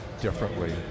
differently